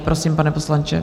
Prosím, pane poslanče.